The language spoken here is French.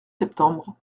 septembre